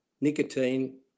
nicotine